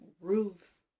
roofs